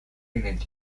renamed